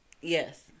yes